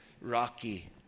rocky